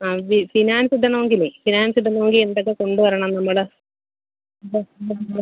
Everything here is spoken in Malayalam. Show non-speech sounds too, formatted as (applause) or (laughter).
ആ വി ഫിനാൻസ് ഇടണമെങ്കിലേ ഫിനാൻസ് ഇടണമെങ്കിൽ എന്തൊക്കെ കൊണ്ടുവരണം നമ്മൾ (unintelligible)